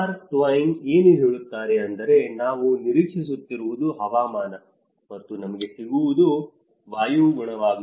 mark Twain ಏನು ಹೇಳುತ್ತಾರೆ ಅಂದರೆ ನಾವು ನಿರೀಕ್ಷಿಸುತ್ತಿರುವುದು ಹವಾಮಾನ ಮತ್ತು ನಮಗೆ ಸಿಗುವುದು ವಾಯುಗುವಾಗಿದೆ